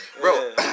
bro